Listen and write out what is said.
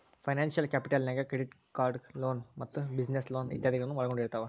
financial capital ನ್ಯಾಗ್ credit card loan ಮತ್ತ business loan ಇತಾದಿಗಳನ್ನ ಒಳ್ಗೊಂಡಿರ್ತಾವ